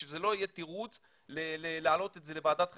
שזה לא יהיה תירוץ להעלות את זה לוועדת חריגים.